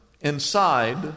inside